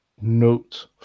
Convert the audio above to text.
Note